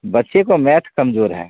बच्चे का मैथ कमजोर है